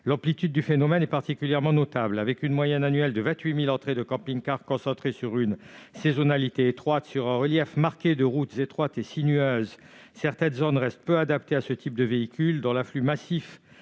l'amplitude du phénomène est particulièrement notable, avec une moyenne annuelle de 28 000 entrées de camping-cars, concentrées sur une saisonnalité étroite et sur un relief marqué par des routes étroites et sinueuses. Certaines zones demeurent peu adaptées à ce type de véhicules, dont l'afflux massif,